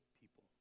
people